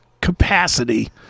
capacity